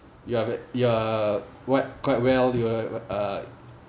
you are you are what quite well you uh uh